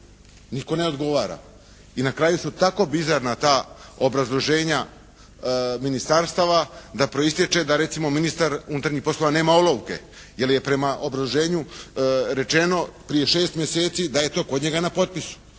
Nitko ne odgovara. I na kraju su tako bizarna ta obrazloženja ministarstava da proistječe da recimo ministar unutarnjih poslova nema olovke, jer je prema obrazloženju rečeno prije šest mjeseci da je to kod njega na potpisu.